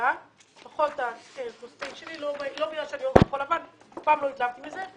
לא בגלל שאני אוהבת כחול-לבן אלא אף פעם לא התלהבתי מזה,